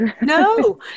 no